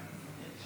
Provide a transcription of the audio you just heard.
אדוני.